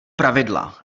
pravidla